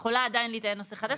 יכול עדיין להיטען "נושא חדש",